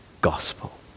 gospel